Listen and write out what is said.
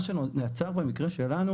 מה שנוצר במקרה שלנו,